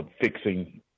fixing